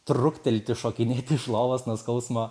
truktelti šokinėti iš lovos nuo skausmo